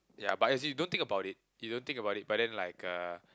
yea but if you don't think about it you don't think about it but then like a